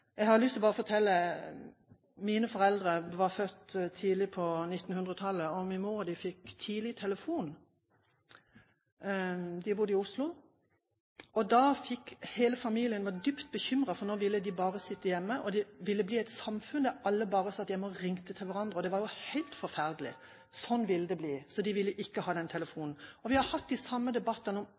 Jeg har lyst til å fortelle noe. Mine foreldre var født tidlig på 1900-tallet, og min mor og de fikk tidlig telefon. De bodde i Oslo, og hele familien var dypt bekymret, for nå ville de bare sitte hjemme. Det ville bli et samfunn der alle bare satt hjemme og ringte til hverandre. Det var helt forferdelig. Sånn ville det bli, så de burde ikke ha den telefonen. Vi har hatt de samme debattene om